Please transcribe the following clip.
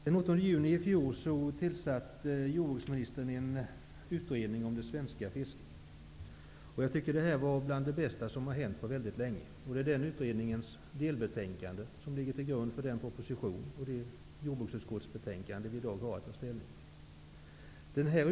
Den 8 juni i fjol tillsatte jordbruksministern en utredning om det svenska fisket. Jag tycker att detta var bland det bästa som hänt på mycket länge. Det är utredningens delbetänkande som ligger till grund för den proposition och det jordbruksutskottsbetänkande som vi i dag har att ta ställning till.